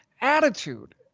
attitude